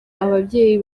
ababyeyi